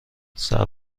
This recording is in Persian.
صبر